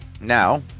Now